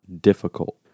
difficult